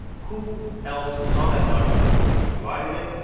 who else saw that document before he provided it?